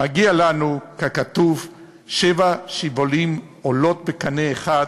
מגיע לנו, ככתוב, "שבע שיבלים עֹלות בקנה אחד,